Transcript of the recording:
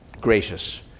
gracious